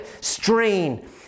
strain